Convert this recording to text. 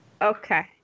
Okay